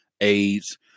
AIDS